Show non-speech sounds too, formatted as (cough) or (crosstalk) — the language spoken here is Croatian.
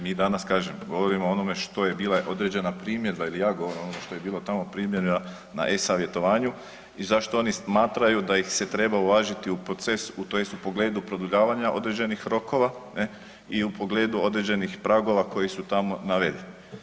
Mi danas, kažem, govorimo o onome što je bila određena primjedba ili ... (unintelligible) o onome što je bilo tamo primjedba na e-savjetovanju i zašto oni smatraju da ih se treba uvažiti u proces, tj. u pogledu produljavanja određenih rokova, ne, i u pogledu određenih pragova koji su tamo navedeni.